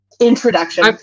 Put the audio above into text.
introduction